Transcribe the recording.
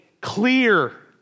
clear